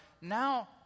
now